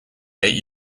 eight